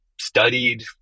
studied